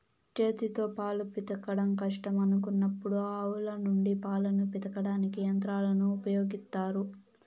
చేతితో పాలు పితకడం కష్టం అనుకున్నప్పుడు ఆవుల నుండి పాలను పితకడానికి యంత్రాలను ఉపయోగిత్తారు